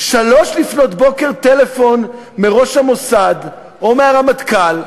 03:00 טלפון מראש המוסד, או מהרמטכ"ל,